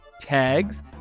tags